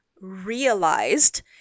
realized